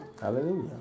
Hallelujah